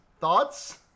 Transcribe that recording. Thoughts